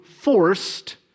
forced